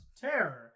Terror